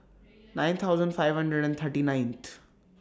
nine thousand five hundred and thirty nineth